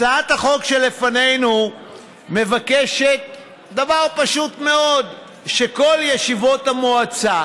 הצעת החוק שלפנינו מבקשת דבר פשוט מאוד: שכל ישיבות המועצה